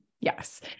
Yes